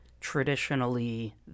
traditionally